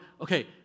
okay